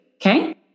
Okay